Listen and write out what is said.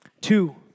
Two